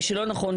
מי נגד?